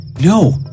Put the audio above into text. No